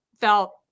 felt